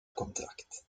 kontrakt